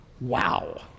wow